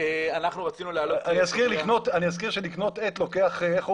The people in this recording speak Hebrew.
אנחנו רצינו להעלות --- אני אזכיר שמכרזים לקנות עט לוקח אין סוף זמן.